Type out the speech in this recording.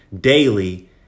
daily